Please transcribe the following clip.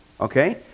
Okay